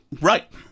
Right